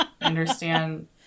Understand